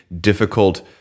difficult